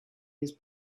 his